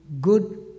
good